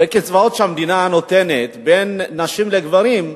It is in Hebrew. בקצבאות שהמדינה נותנת, בין נשים לגברים,